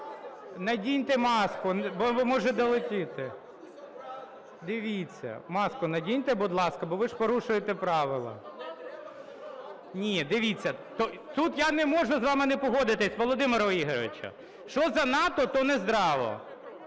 Надіньте маску, бо може долетіти! Дивіться… Маску надіньте, будь ласка, бо ви ж порушуєте правила! Ні, дивіться, тут я не можу з вами не погодитися, Володимире Ігоровичу. Що занадто, то не здраво!